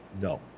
No